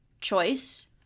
choice